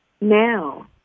Now